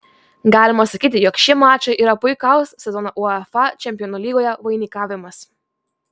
galima sakyti jog šie mačai yra puikaus sezono uefa čempionų lygoje vainikavimas